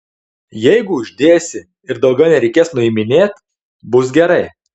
jeigu uždėsi ir daugiau nereikės nuiminėt bus gerai